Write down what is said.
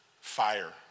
Fire